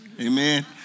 Amen